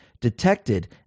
Detected